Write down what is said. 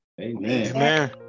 Amen